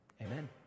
Amen